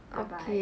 bye bye